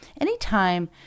Anytime